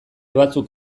batzuk